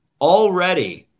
Already –